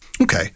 Okay